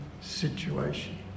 situation